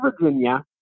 Virginia